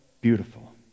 beautiful